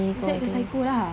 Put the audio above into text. zack the psycho lah